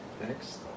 next